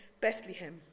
Bethlehem